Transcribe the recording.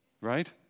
right